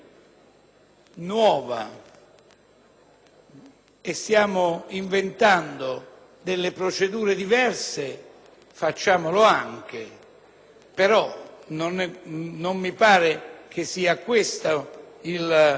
stiamo inventando delle procedure diverse, facciamolo anche! Però non mi pare che sia questa la sede per innovare